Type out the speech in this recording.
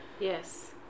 Yes